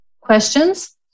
questions